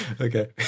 Okay